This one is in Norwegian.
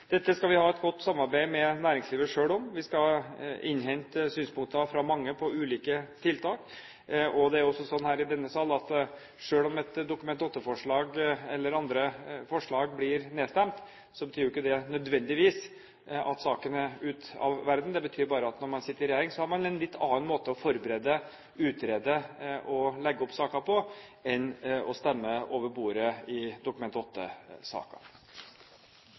Dette skal vi ha et godt samarbeid med næringslivet selv om. Vi skal innhente synspunkter fra mange ved hjelp av ulike tiltak. Det er også sånn i denne sal at selv om et Dokument 8-forslag eller andre forslag blir nedstemt, betyr ikke det nødvendigvis at saken er ute av verden. Det betyr bare at når man sitter i regjering, har man en litt annen måte å forberede, utrede og legge opp saker på enn å stemme over bordet i Dokument